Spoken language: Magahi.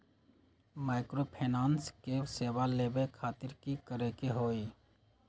माइक्रोफाइनेंस के सेवा लेबे खातीर की करे के होई?